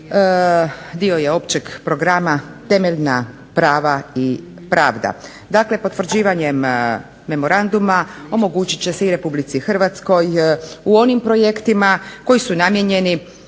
dio je Općeg programa Temeljna prava i pravda. Dakle, potvrđivanjem Memoranduma omogućit će se i RH u onim projektima koji su namijenjeni